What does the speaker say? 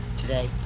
today